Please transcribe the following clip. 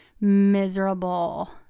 miserable